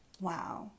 Wow